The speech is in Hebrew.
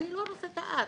אני לא רוצה את הארץ.